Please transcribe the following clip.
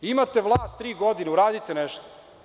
Imate vlast tri godine, uradite nešto.